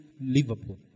Liverpool